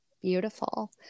Beautiful